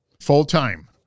full-time